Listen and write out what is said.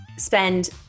spend